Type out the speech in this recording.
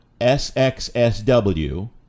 sxsw